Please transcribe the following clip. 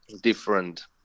different